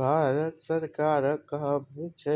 भारत सरकारक कहब छै